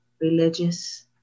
religious